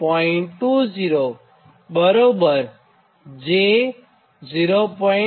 20 j 0